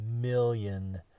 million